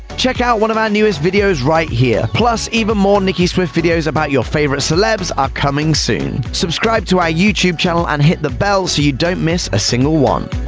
check out one of our newest videos right here! plus, even more nicki swift videos about your favorite celebs are coming soon. subscribe to our youtube channel and hit the bell so you don't miss a single one.